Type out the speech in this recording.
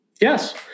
Yes